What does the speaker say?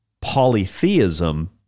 polytheism